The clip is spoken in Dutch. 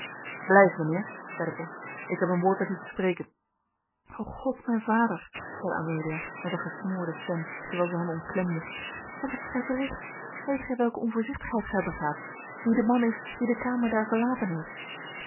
blijf mijnheer zeide bos ik heb een woord met u te spreken o god mijn vader zeide amelia met een gesmoorde stem terwijl zij hem omklemde wat hebt gij verricht weet gij welke onvoorzichtigheid gij begaat wie de man is die de kamer daar verlaten heeft